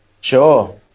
sure